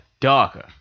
darker